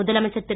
முதலமைச்சர் திரு